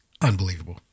unbelievable